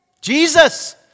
Jesus